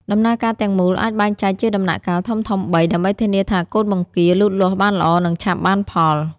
ដំណើរការទាំងមូលអាចបែងចែកជាដំណាក់កាលធំៗបី ដើម្បីធានាថាកូនបង្គាលូតលាស់បានល្អ និងឆាប់បានផល។